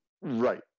right